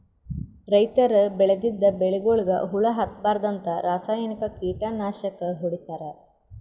ರೈತರ್ ಬೆಳದಿದ್ದ್ ಬೆಳಿಗೊಳಿಗ್ ಹುಳಾ ಹತ್ತಬಾರ್ದ್ಂತ ರಾಸಾಯನಿಕ್ ಕೀಟನಾಶಕ್ ಹೊಡಿತಾರ್